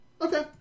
Okay